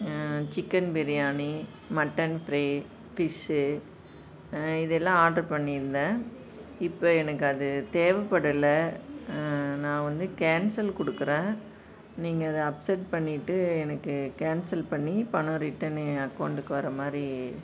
chicken biryani mutton fry fish இது எல்லாம் order பண்ணி இருந்தேன் இப்போ எனக்கு அது தேவப்படல நான் வந்து கேன்சல் கொடுக்குறேன் நீங்கள் அதை அக்செப்ட் பண்ணிட்டு எனக்கு கேன்சல் பண்ணி பணம் ரிட்டனு என் அகௌண்டுக்கு வர மாதிரி